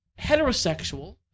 heterosexual